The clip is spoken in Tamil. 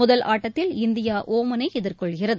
முதல் ஆட்டத்தில் இந்தியா ஒமனை எதிர்கொள்கிறது